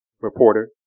reporter